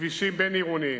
בכבישים בין-עירוניים,